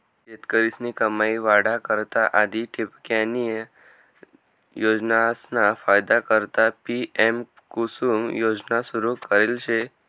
शेतकरीस्नी कमाई वाढा करता आधी ठिबकन्या योजनासना फायदा करता पी.एम.कुसुम योजना सुरू करेल शे